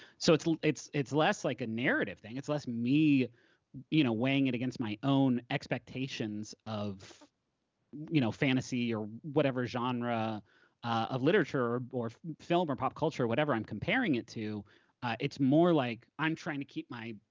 so it's it's less like a narrative thing. it's less me you know weighing it against my own expectations of you know fantasy or whatever genre of literature or or film or pop culture or whatever i'm comparing it to it's more like i'm trying to keep my,